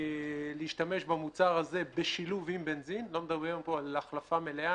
להשתמש במוצר הזה בשילוב עם בנזין - לא מדברים פה על החלפה מלאה